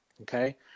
okay